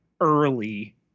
early